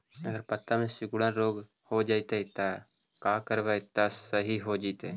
अगर पत्ता में सिकुड़न रोग हो जैतै त का करबै त सहि हो जैतै?